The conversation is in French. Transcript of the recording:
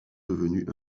devenu